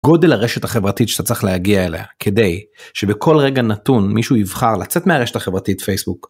גודל הרשת החברתית שאתה צריך להגיע אליה כדי שבכל רגע נתון מישהו יבחר לצאת מהרשת החברתית פייסבוק.